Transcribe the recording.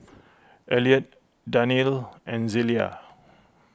Eliot Danelle and Zelia